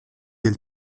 del